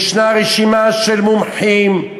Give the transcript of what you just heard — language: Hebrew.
יש רשימה של מומחים,